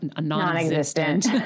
non-existent